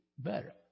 Better